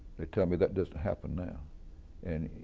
they tell me that doesn't happen now and,